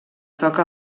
toca